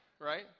right